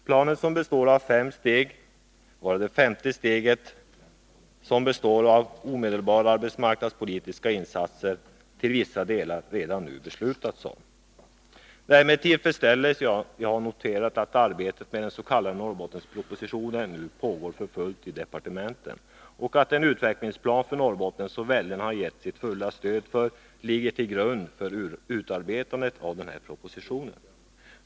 Planen består av fem steg, och beträffande det femte steget, som innebär omedelbara arbetsmarknadspolitiska insatser, har till vissa delar beslut redan fattats. Det är med tillfredsställelse jag noterar att arbetet med den s.k. Norrbottenspropositionen nu pågår för fullt i departementen och att den utvecklingsplan för Norrbotten som väljarna har gett sitt fulla stöd ligger till grund för utarbetandet av denna proposition.